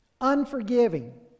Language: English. unforgiving